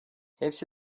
hepsi